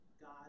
God